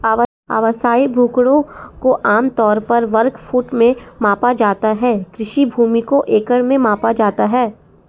आवासीय भूखंडों को आम तौर पर वर्ग फुट में मापा जाता है, कृषि भूमि को एकड़ में मापा जाता है